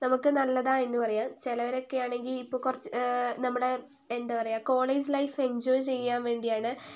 നമുക്ക് നല്ലതാ എന്നു പറയാം ചിലരൊക്കെ ആണെങ്കിൽ ഇപ്പം കുറച്ച് നമ്മുടെ എന്താ പറയുക കോളേജ് ലൈഫ് എന്ജോയ് ചെയ്യാന് വേണ്ടിയാണ്